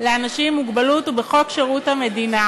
לאנשים עם מוגבלות ובחוק שירות המדינה